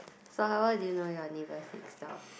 so how well do you know your neighbours next door